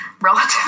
relative